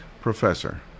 professor